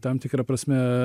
tam tikra prasme